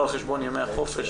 לא על חשבון ימי החופשה,